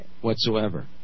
whatsoever